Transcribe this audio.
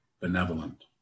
benevolent